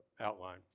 outline